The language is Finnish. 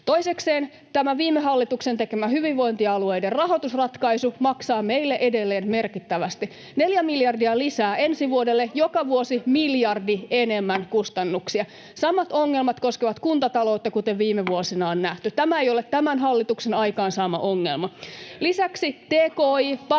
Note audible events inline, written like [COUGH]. Toisekseen viime hallituksen tekemä hyvinvointialueiden rahoitusratkaisu maksaa meille edelleen merkittävästi. Neljä miljardia lisää ensi vuodelle, ja joka vuosi miljardi enemmän kustannuksia. [NOISE] Samat ongelmat koskevat kuntataloutta, kuten viime vuosina on nähty. Tämä ei ole tämän hallituksen aikaansaama ongelma. [Timo Harakka: